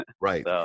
right